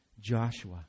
Joshua